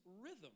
rhythm